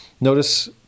Notice